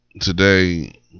today